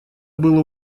было